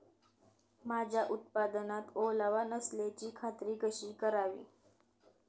माझ्या उत्पादनात ओलावा नसल्याची खात्री कशी करावी?